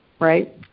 right